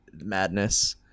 Madness